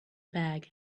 bag